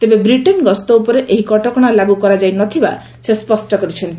ତେବେ ବ୍ରିଟେନ୍ ଗସ୍ତ ଉପରେ ଏହି କଟକଣା ଲାଗୁ କରାଯାଇନଥିବା ସେ ସ୍ୱଷ୍ଟ କରିଛନ୍ତି